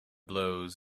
blows